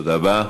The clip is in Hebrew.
תודה רבה.